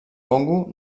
congo